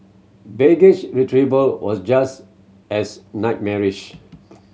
baggage retrieval was just as nightmarish